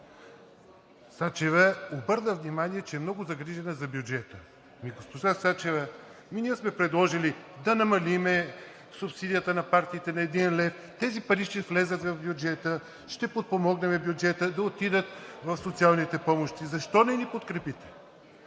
Сачева обърна внимание, че е много загрижена за бюджета. Ами, госпожо Сачева, ние сме предложили да намалим субсидията на партиите да е един лев, тези пари ще влязат в бюджета, ще подпомогнем бюджета да отидат в социалните помощи, защо не ни подкрепите?